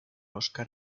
óscar